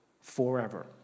forever